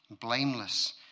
blameless